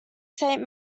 saint